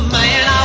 Man